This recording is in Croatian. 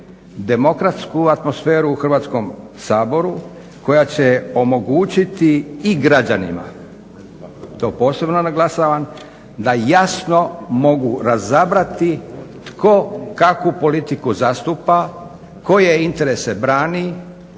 demokratsku atmosferu u Hrvatskom saboru, koja će omogućiti i građanima to posebno naglašavam da jasno mogu razabrati tko kakvu politiku zastupa, koje interese brani